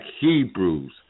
Hebrews